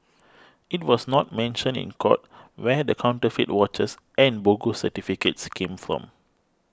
it was not mentioned in court where the counterfeit watches and bogus certificates came from